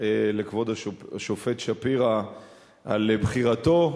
לכבוד השופט שפירא על בחירתו.